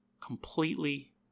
completely